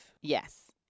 yes